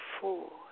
four